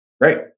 great